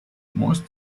moist